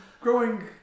Growing